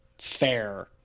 fair